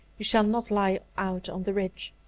you shall not lie out on the ridge.